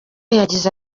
yagize